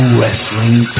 Wrestling